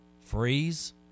Freeze